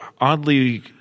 oddly